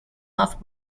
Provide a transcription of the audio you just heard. off